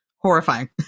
horrifying